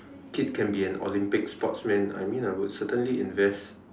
kid can be an Olympics sportsman I mean I would certainly invest